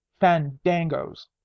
Fandango's